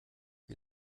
wie